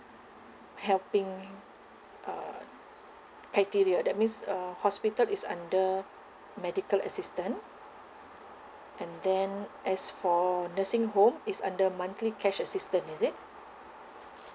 helping uh criteria that means uh hospital is under medical assistance and then as for nursing home it's under monthly cash assistance is it